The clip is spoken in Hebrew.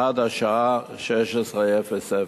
עד השעה 16:00,